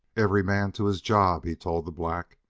every man to his job, he told the black,